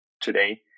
today